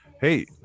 Hey